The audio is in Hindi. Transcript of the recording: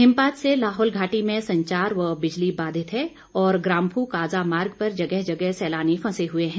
हिमपात से लाहौल घाटी में संचार व बिजली बाधित है और ग्राम्फू काजा मार्ग पर जगह जगह सैलानी फंसे हुए हैं